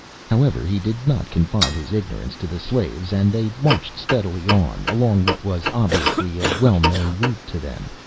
however he did not confide his ignorance to the slaves and they marched steadily on, along what was obviously a well-known route to them.